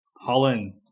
Holland